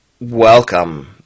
welcome